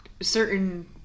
certain